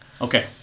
Okay